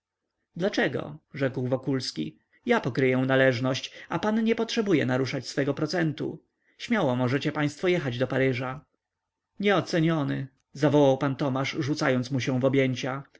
dlaczego rzekł wokulski ja pokryję należność a pan nie potrzebuje naruszać swego procentu śmiało możecie państwo jechać do paryża nieoceniony zawołał pan tomasz rzucając mu się w objęcia